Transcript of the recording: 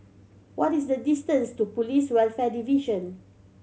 what is the distance to Police Welfare Division